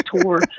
tour